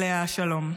עליה השלום.